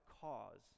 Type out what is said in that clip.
cause